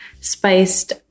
spiced